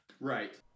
Right